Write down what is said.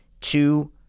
two